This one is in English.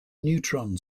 neutron